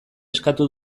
eskatu